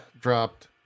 Dropped